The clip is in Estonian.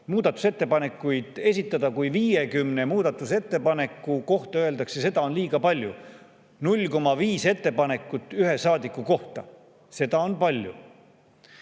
muudatusettepanekuid esitada, kui 50 muudatusettepaneku kohta öeldakse, et seda on liiga palju? 0,5 ettepanekut ühe saadiku kohta – seda on palju.